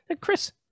Chris